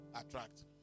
attract